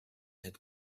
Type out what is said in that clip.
had